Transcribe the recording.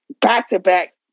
back-to-back